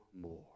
more